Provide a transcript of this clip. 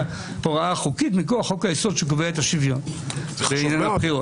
-- הוראה חוקית מכוח חוק היסוד שקובע את השוויון בענייני בחירות.